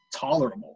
tolerable